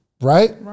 Right